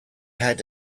had